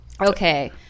Okay